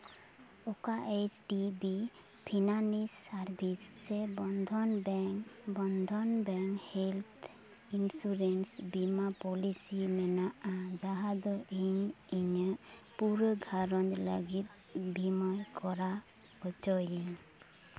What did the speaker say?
ᱚᱠᱟ H D B finance service ᱥᱮ Bandhan bank Bandhan bank health insurance ᱵᱤᱢᱟ ᱯᱚᱞᱤᱥᱤ ᱢᱮᱱᱟᱜᱼᱟ ᱡᱟᱦᱟᱸ ᱫᱚ ᱤᱧ ᱤᱧᱟᱹᱜ ᱯᱩᱨᱟᱹ ᱜᱷᱟᱨᱚᱸᱡᱽ ᱞᱟᱹᱜᱤᱫ ᱵᱤᱢᱟᱹᱭ ᱠᱚᱨᱟᱣ ᱦᱚᱪᱚᱭᱟᱹᱧ